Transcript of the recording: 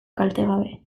kaltegabe